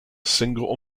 single